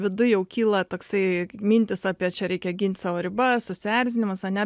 viduj jau kyla toksai mintys apie čia reikia gint savo ribas susierzinimas ane